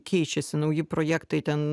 keičiasi nauji projektai ten